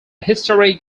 historic